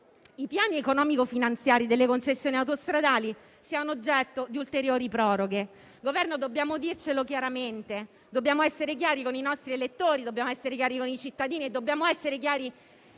i piani economico-finanziari delle concessioni autostradali siano oggetto di ulteriori proroghe. Signori del Governo, dobbiamo dircelo chiaramente. Dobbiamo essere chiari con i nostri elettori, dobbiamo essere chiari con i cittadini e dobbiamo essere chiari